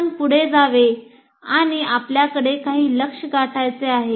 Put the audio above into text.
आपण पुढे जावे आणि आपल्याकडे काही लक्ष्य गाठायचे आहे